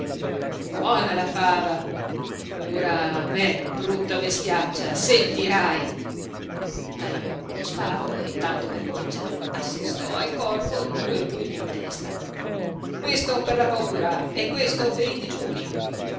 buona la fava ora a me brutta bestiaccia sentirai tagliò lo spago e tanto per cominciare assestò al corvo due pugni in testa questo per la paura e questo per i digiuni